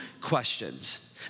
questions